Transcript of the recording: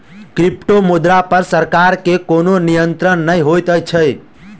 क्रिप्टोमुद्रा पर सरकार के कोनो नियंत्रण नै होइत छै